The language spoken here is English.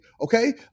okay